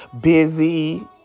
busy